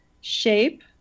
shape